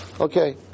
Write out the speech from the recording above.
Okay